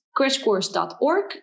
crashcourse.org